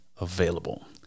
available